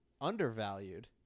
undervalued